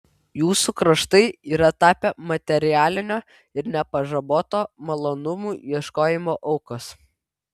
jūsų kraštai yra tapę materialinio ir nepažaboto malonumų ieškojimo aukos